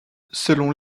selon